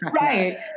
right